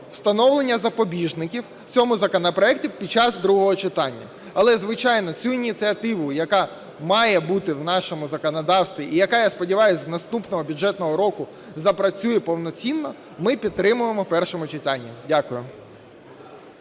встановлення запобіжників в цьому законопроекті, під час другого читання. Але, звичайно, цю ініціативу, яка має бути в нашому законодавстві, і яка, я сподіваюсь, з наступного бюджетного року запрацює повноцінно, ми підтримуємо в першому читанні. Дякую.